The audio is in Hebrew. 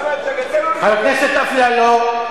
חבר הכנסת אפללו,